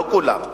לא כולם,